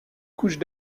couches